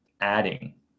Adding